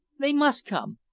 they must come.